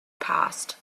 passed